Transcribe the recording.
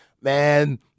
man